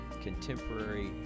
contemporary